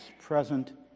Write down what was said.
present